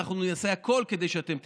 נעשה הכול כדי שאתם תיפלו.